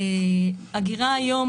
אגירה היום